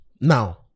now